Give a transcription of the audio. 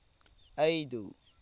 ಐದು